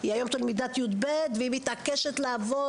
היא היום בכיתה י״ב ומתעקשת לעבוד.